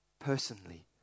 Personally